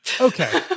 okay